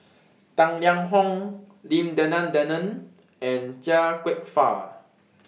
Tang Liang Hong Lim Denan Denon and Chia Kwek Fah